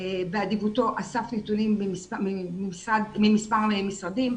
באדיבותו אסף נתונים ממספר משרדים,